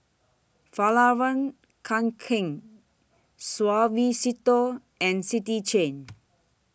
Fjallraven Kanken Suavecito and City Chain